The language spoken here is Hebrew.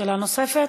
שאלה נוספת?